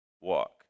walk